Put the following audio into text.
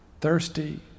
Thirsty